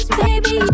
baby